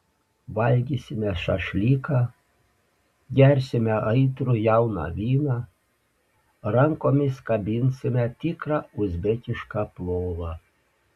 valgysime šašlyką gersime aitrų jauną vyną rankomis kabinsime tikrą uzbekišką plovą